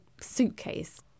suitcase